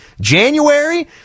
January